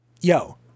Yo